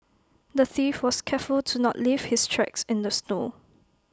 the thief was careful to not leave his tracks in the snow